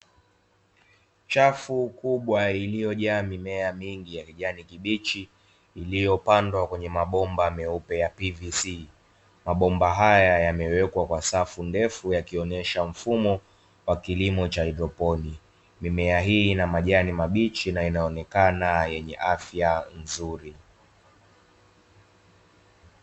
Chafu kubwa iliyojaa mimea mingi ya kijani kibichi iliyopandwa kwenye mabomba meupe ya pvc. Mabomba haya yamewekwa kwa safu ndefu yakionesha mfumo wa kilimo cha haidroponi. Mimea hii ina majani mabichi na inaonekana yenye afya nzuri.